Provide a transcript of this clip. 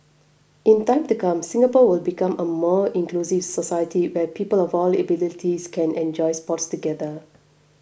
in time to come Singapore will become a more inclusive society where people of all abilities can enjoy sports together